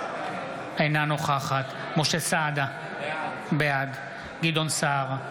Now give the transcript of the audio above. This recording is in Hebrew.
אינה נוכחת משה סעדה, בעד גדעון סער,